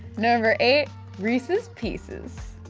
number eight reese's pieces.